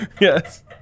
Yes